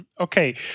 Okay